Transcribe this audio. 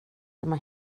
dyma